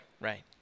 Right